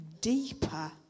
deeper